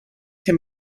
can